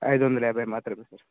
ఐదు వందల యాభై మాత్రమే సార్